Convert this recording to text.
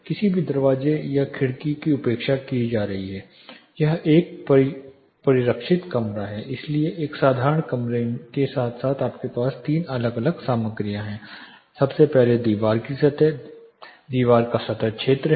किसी भी दरवाजे की खिड़की की उपेक्षा कर रहे हैं यह एक परिरक्षित कमरा है इसलिए एक साधारण कमरे के साथ आपके पास तीन अलग अलग सामग्रियां हैं सबसे पहले दीवार की सतह दीवार का सतह क्षेत्र है